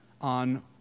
on